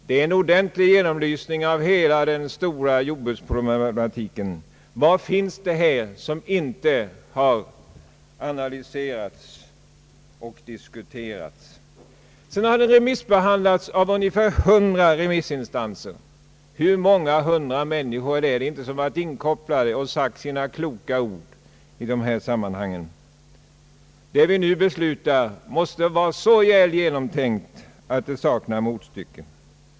Det är en ordentlig genomlysning av hela den stora jordbruksproblematiken. Vad finns det på detta område som inte här har analyserats och diskute rats? Utredningens förslag har sedan remissbehandlats av ungefär 100 remissinstanser. Hur många hundra människor är det inte som varit inkopplade och sagt sina kloka ord i detta sammanhang! Vad vi nu beslutar måste vara så väl genomtänkt att det saknar motstycke.